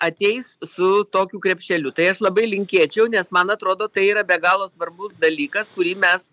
ateis su tokiu krepšeliu tai aš labai linkėčiau nes man atrodo tai yra be galo svarbus dalykas kurį mes